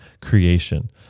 creation